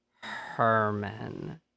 Herman